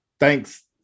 Thanks